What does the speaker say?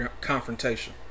confrontation